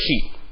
keep